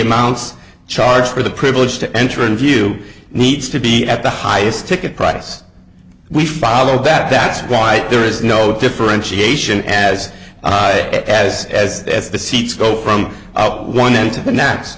amounts charged for the privilege to enter and view needs to be at the highest ticket price we follow that that's why there is no differentiation as as as as the seats go from out one end to the next